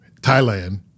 Thailand